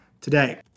today